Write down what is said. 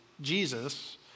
Jesus